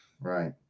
Right